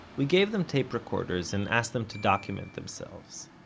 we gave them tape recorders, and asked them to document themselves.